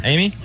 Amy